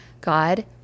God